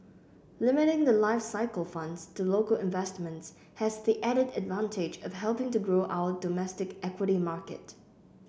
limiting the life cycle funds to local investments has the added advantage of helping to grow our domestic equity market